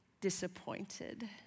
disappointed